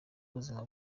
ubuzima